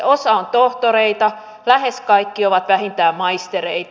osa on tohtoreita lähes kaikki ovat vähintään maistereita